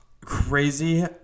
crazy –